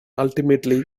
ultimately